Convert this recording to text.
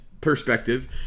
perspective